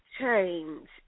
change